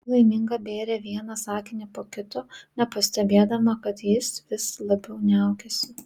ji laiminga bėrė vieną sakinį po kito nepastebėdama kad jis vis labiau niaukiasi